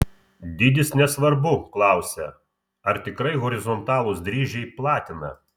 dydis nesvarbu klausia ar tikrai horizontalūs dryžiai platina